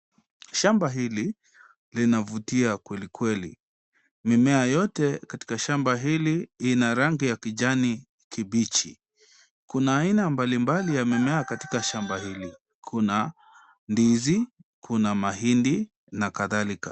Shamba hili lina vutia kweli kweli. Mimea yote katika shamba hili ina rangi ya kijani kibichi. Kuna aina mbalimbali ya mimea katika shamba hili. Kuna ndizi, kuna mahindi na kadhalika.